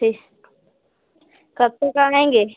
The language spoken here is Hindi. ठीक कब तक आएँगे